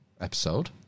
episode